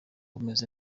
bumeze